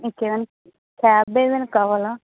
okay cab ఏదైనా కావాలా